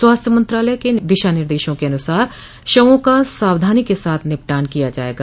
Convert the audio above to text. स्वास्थ्य मंत्रालय के दिशानिर्देशों के अनुसार शवों का सावधानी के साथ निपटान किया जाएगा